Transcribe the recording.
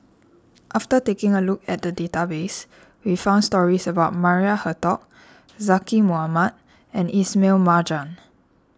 after taking a look at the database we found stories about Maria Hertogh Zaqy Mohamad and Ismail Marjan